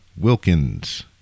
Wilkins